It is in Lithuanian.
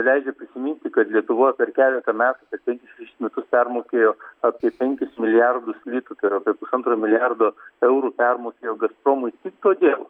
leidžia prisiminti kad lietuva per keletą metų per penkis šešis metus permokėjo apie penkis milijardus litų tai yra apie pusantro milijardo eurų permokėjo gazpromui tik todėl